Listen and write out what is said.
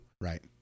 Right